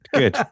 good